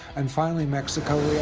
and finally mexico